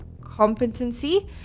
competency